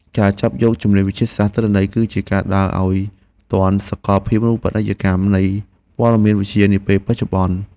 ការចាប់យកជំនាញវិទ្យាសាស្ត្រទិន្នន័យ គឺជាការដើរឱ្យទាន់សកលភាវូបនីយកម្មនៃព័ត៌មានវិទ្យានាពេលបច្ចុប្បន្ន។